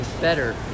better